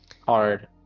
hard